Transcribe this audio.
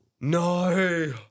No